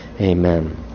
Amen